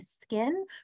skin